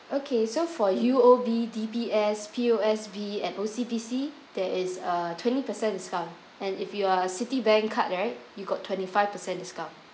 okay so for U_O_B D_B_S P_O_S_B and O_C_B_C there is a twenty percent discount and if you are a Citibank card right you got twenty-five percent discount